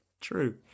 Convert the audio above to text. True